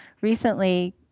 recently